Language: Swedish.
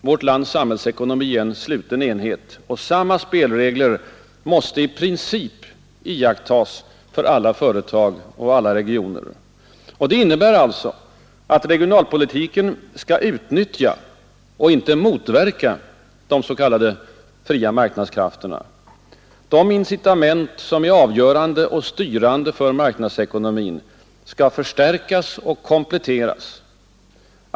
Vårt lands samhällsekonomi är en sluten enhet, och samma spelregler måste i princip iakttas för alla företag och alla regioner. Det innebär alltså att regionalpolitiken skall utnyttja och inte motverka de s.k. fria marknadskrafterna. De incitament som är avgörande och styrande för marknadsekonomin skall förstärkas och kompletteras.